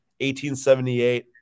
1878